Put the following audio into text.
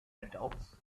adults